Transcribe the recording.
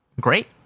Great